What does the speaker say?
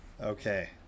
Okay